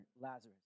Lazarus